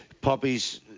Poppy's